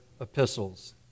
epistles